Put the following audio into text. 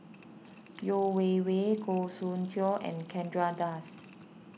Yeo Wei Wei Goh Soon Tioe and Chandra Das